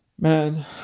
man